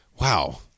wow